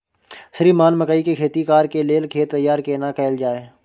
श्रीमान मकई के खेती कॉर के लेल खेत तैयार केना कैल जाए?